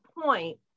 point